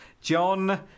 John